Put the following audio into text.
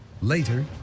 Later